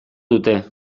dute